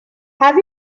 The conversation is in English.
have